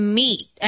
meet